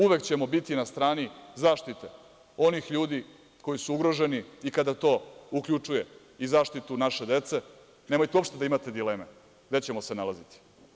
Uvek ćemo biti na strani zaštite onih ljudi koji su ugroženi i kada to uključuje i zaštitu naše dece, nemojte uopšte da imate dileme gde ćemo se nalaziti.